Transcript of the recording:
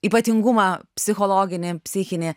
ypatingumą psichologinį psichinį